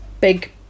big